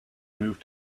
move